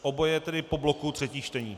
Oboje tedy po bloku třetích čtení.